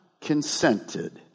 consented